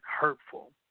hurtful